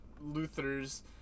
Luther's